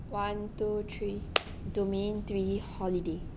one two three domain three holiday